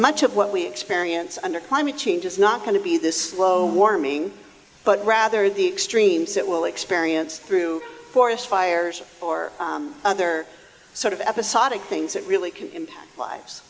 much of what we experience under climate change is not going to be this slow warming but rather the extremes it will experience through forest fires or other sort of episodic things that really can impact lives